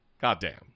Goddamn